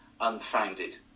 unfounded